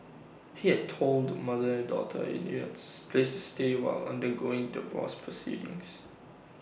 he had told mother and daughter that he needed A place to stay while undergoing divorce proceedings